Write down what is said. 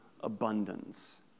abundance